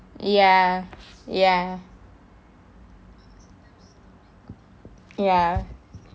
ya ya ya